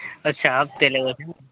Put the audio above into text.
અચ્છા હફ્તે લેવો છે